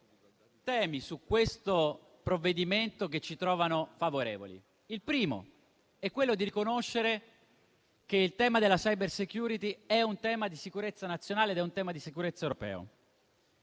temi in questo provvedimento che ci trovano favorevoli. Il primo è quello di riconoscere che il tema della *cybersecurity* è un tema di sicurezza nazionale ed europea. Il secondo è quello